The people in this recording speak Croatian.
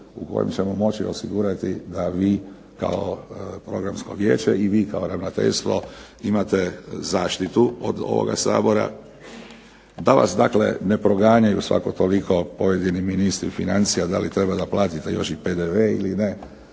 u kojem ćemo moći osigurati da vi kao Programsko vijeće i vi kao ravnateljstvo imate zaštitu od ovoga Sabora, da vas dakle ne proganjanju svako toliko pojedini ministri financija da li treba da platite još i PDV ili ne,